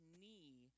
knee